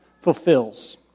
fulfills